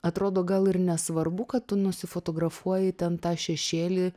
atrodo gal ir nesvarbu kad tu nusifotografuoji ten tą šešėlį